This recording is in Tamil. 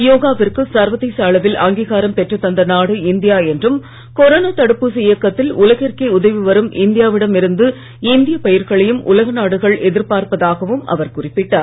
யோகாவிற்கு சர்வதேச அளவில் அங்கீகாரம் பெற்று தந்த நாடு இந்தியா என்றும் கொரோனா தடுப்பூசி இயக்கத்தில் உலகிற்கே உதவி வரும் இந்தியாவிடம் இருந்து இந்திய பயிர்களையும் உலக நாடுகள் எதிர்பார்ப்பதாகவும் அவர் குறிப்பிட்டார்